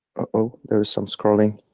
oh, there's some scrolling.